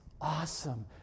awesome